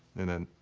and then.